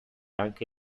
anche